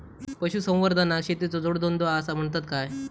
पशुसंवर्धनाक शेतीचो जोडधंदो आसा म्हणतत काय?